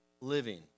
living